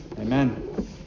Amen